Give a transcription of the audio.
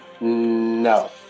No